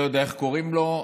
לא יודע איך קוראים לו,